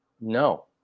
No